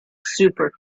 super